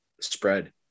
spread